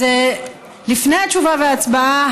אז לפני התשובה והצבעה,